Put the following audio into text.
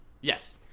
Yes